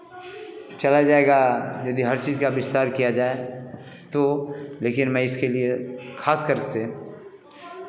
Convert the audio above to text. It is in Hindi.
चला जाएगा यदि हर चीज़ का विस्तार किया जाए तो लेकिन मैं इसके लिए खासकर से